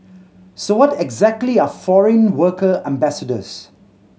so what exactly are foreign worker ambassadors